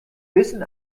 wissen